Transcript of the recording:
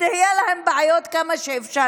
שיהיו להם בליכוד בעיות כמה שאפשר.